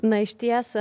na išties